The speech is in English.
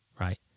right